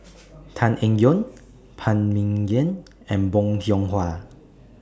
Tan Eng Yoon Phan Ming Yen and Bong Hiong Hwa